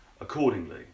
accordingly